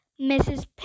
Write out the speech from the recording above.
Mrs